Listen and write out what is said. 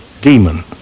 demon